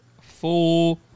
Four